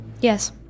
Yes